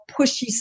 pushy